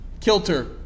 kilter